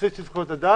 בסיס של זכויות אדם,